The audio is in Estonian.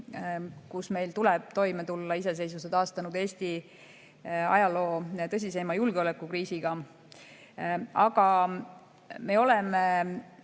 kus meil tuleb toime tulla iseseisvuse taastanud Eesti ajaloo tõsiseima julgeolekukriisiga. Aga me oleme